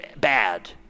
bad